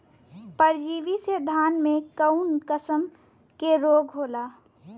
परजीवी से धान में कऊन कसम के रोग होला?